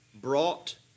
brought